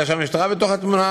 כאשר המשטרה בתמונה,